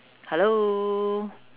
hello